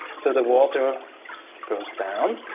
so the water goes down.